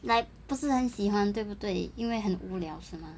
like 不是很喜欢对不对因为很无聊是吗